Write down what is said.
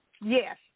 yes